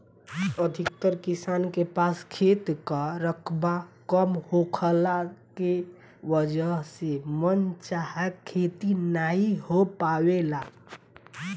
अधिकतर किसान के पास खेत कअ रकबा कम होखला के वजह से मन चाहा खेती नाइ हो पावेला